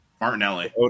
martinelli